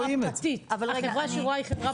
אבל החברה שרואה היא חברה פרטית.